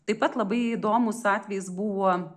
taip pat labai įdomus atvejis buvo